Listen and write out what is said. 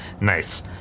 Nice